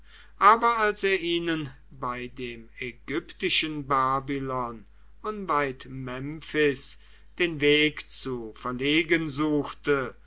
aber als er ihnen bei dem ägyptischen babylon unweit memphis den weg zu verlegen suchte